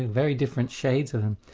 very different shades of them.